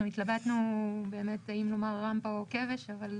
אנחנו התלבטנו באמת האם לומר רמפה או כבש, אבל